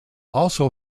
also